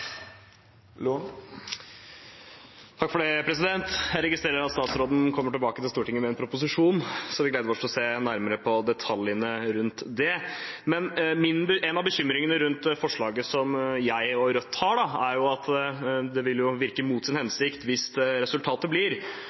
Jeg registrerer at statsråden kommer tilbake til Stortinget med en proposisjon, så vi gleder oss til å se nærmere på detaljene rundt det. Men en av bekymringene rundt forslaget, som jeg og Rødt har, er at det vil virke mot sin hensikt hvis resultatet blir